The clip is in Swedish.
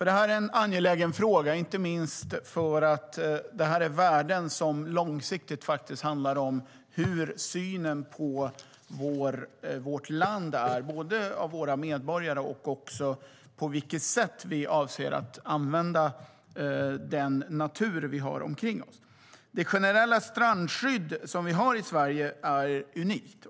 Det här är en angelägen fråga, inte minst för att det rör sig om värden som långsiktigt handlar om synen på vårt land bland våra medborgare och på vilket sätt som vi avser att använda den natur som vi har. Det generella strandskyddet i Sverige är unikt.